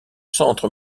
centre